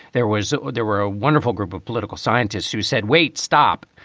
there was there were a wonderful group of political scientists who said, wait, stop.